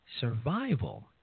survival